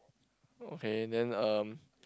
okay then um